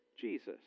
Jesus